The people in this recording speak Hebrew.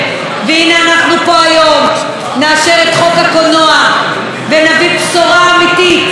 נאשר את חוק הקולנוע ונביא בשורה אמיתית לציבור הישראלי,